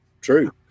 true